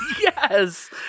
Yes